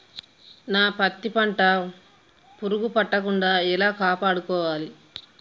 నా పత్తి పంట పురుగు పట్టకుండా ఎలా కాపాడుకోవాలి?